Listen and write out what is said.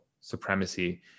supremacy